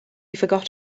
forgot